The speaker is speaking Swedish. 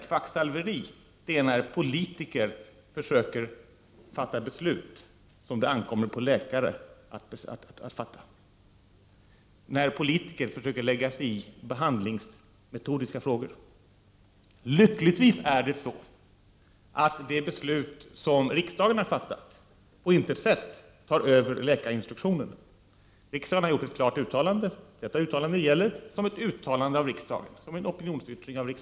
Kvacksalveri, det är när politiker försöker fatta beslut som det ankommer på läkare att fatta, när politiker försöker lägga sig i behandlingsmetodiska frågor. Lyckligtvis tar det beslut som riksdagen har fattat på intet sätt över läkarinstruktionen. Riksdagen har gjort ett klart uttalande. Detta uttalande gäller som ett uttalande av riksdagen, som en opinionsyttring.